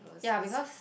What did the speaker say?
ya because